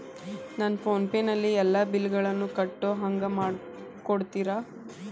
ನನ್ನ ಫೋನಿನಲ್ಲೇ ಎಲ್ಲಾ ಬಿಲ್ಲುಗಳನ್ನೂ ಕಟ್ಟೋ ಹಂಗ ಮಾಡಿಕೊಡ್ತೇರಾ?